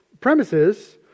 premises